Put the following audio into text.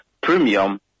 premium